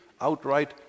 outright